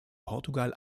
portugal